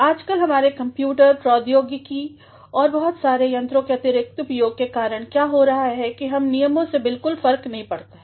आजकल हमारे कंप्यूटर प्रौद्योगिकी और बहुत सारे यत्रोंके अतिरिक्त उपयोग के कारण क्या हो रहा है कि हम नियमों से बिलकुल फर्क नहीं पड़ रहा है